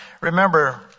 Remember